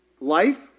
Life